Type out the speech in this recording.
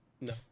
No